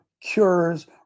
cures